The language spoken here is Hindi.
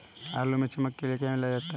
आलू में चमक के लिए क्या मिलाया जाता है?